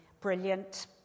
brilliant